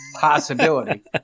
possibility